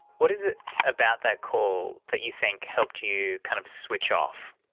what is it about that call that you think helped you kind of switch off?